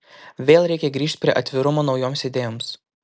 vėl reikia grįžt prie atvirumo naujoms idėjoms